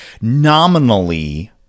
nominally